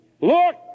Look